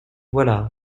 voilà